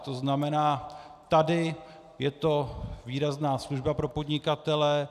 To znamená, tady je to výrazná služba pro podnikatele.